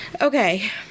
Okay